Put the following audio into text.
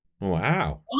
wow